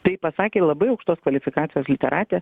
tai pasakė labai aukštos kvalifikacijos literatė